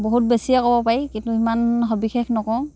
বহুত বেছিয়ে ক'ব পাৰি কিন্তু ইমান বিশেষ নকওঁ